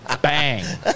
Bang